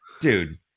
Dude